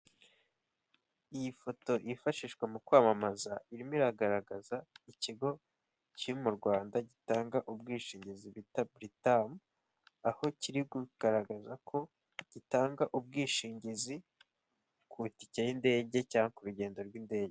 Iyi foto yifashishwa mu kwamamaza, irimo iragaragaza ikigo kiri mu Rwanda gitanga ubwishingizi bita Britam, aho kiri kugaragaza ko gitanga ubwishingizi ku itike y'indege cyangwa urugendo rw'indege.